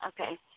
Okay